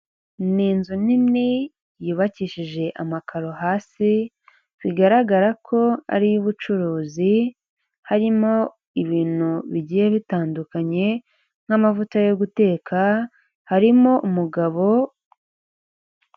Ni inzu nini y’ubakishije amakaro hasi bigaragara ko ari iyo ubucuruzi, harimo ibintu bigiye bitandukanye nk'amavuta yo guteka harimo umugabo.